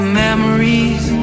memories